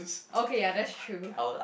okay ya that's true